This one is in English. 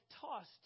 tossed